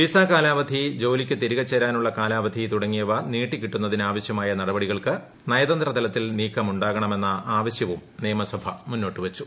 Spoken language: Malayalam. വീസാ കാലാവധി ജോലിക്ക് തിരികെ ചേരാനുള്ള കാല്ലാപ്പ്ധി തുടങ്ങിയവ നീട്ടിക്കിട്ടുന്നതിന് ആവശ്യമായ നടപടികൾക്ക് നയതന്ത്രതലത്തിൽ നീക്കമുാക്കണമെന്ന ആവശ്യവും നിയമസഭ മുന്നോട്ടുവച്ചു